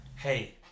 Hey